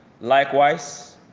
Likewise